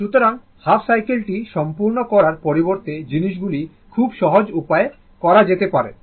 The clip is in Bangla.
সুতরাং হাফ সাইকেলটি সম্পূর্ণ করার পরিবর্তে জিনিসগুলি খুব সহজ উপায়ে করা যেতে পারে